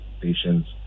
patients